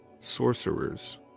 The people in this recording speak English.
sorcerers